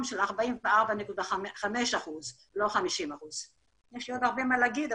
של 44.5% - לא 50%. יש לי עוד הרבה מה להגיד,